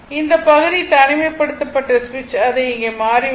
இந்த பகுதி தனிமைப்படுத்தப்பட்ட சுவிட்ச் அதை இங்கே மாறியுள்ளது